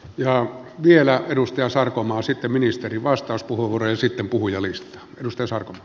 ja vielä edustaja sarkomaa sitten ministeri vastaa puhuu resiten puhujalista on suunnitteilla